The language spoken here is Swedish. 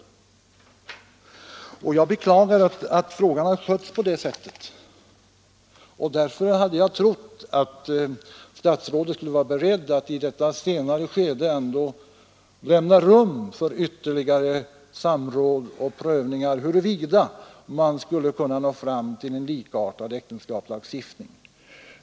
Jag beklagar att frågan skötts på det sättet. Därför hade jag trott att statsrådet skulle vara beredd att i detta senare skede ändå lämna rum för ytterligare samråd och prövning av huruvida man skulle kunna nå fram till en likartad äktenskapslagstiftning.